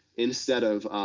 instead of